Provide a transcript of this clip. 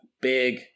big